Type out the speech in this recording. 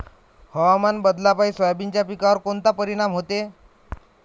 हवामान बदलापायी सोयाबीनच्या पिकावर कोनचा परिणाम होते?